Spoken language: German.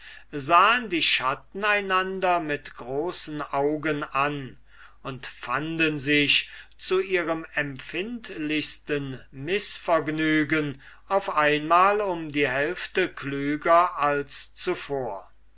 sahen die schatten einander aus großen augen an und fanden sich zu ihrem empfindlichsten mißvergnügen auf einmal um die hälfte klüger als zuvor